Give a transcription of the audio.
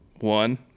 One